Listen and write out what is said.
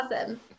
awesome